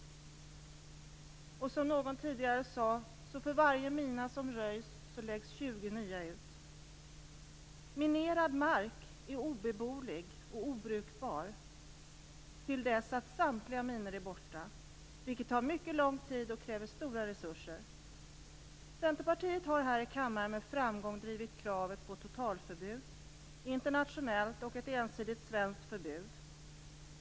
För varje mina som röjs läggs 20 nya ut, sade någon tidigare. Minerad mark är obeboelig och obrukbar till dess att samtliga minor tagits bort, vilket tar mycket lång tid och kräver stora resurser. Centerpartiet har här i kammaren med framgång drivit kravet på totalförbud internationellt och ett ensidigt svenskt förbud.